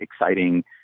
exciting